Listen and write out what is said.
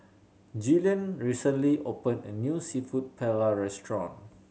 Gillian recently open a new Seafood Paella Restaurant